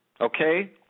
Okay